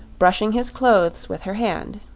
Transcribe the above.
brushing his clothes with her hand.